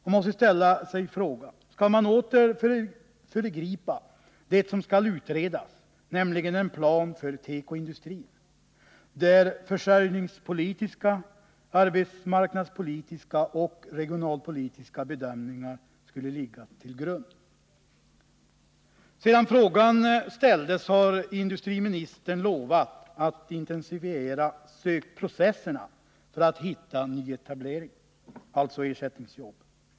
Jag måste ställa frågan: Skall man åter föregripa det som skall utredas, nämligen en plan för tekoindustrin, där försörjningspolitiska, arbetsmarknadspolitiska och regionalpolitiska bedömningar skall ligga till grund? Industriministern har lovat att intensifiera sökprocesserna för att hitta nyetableringar, alltså ersättningjobb.